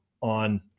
on